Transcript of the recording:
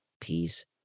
peace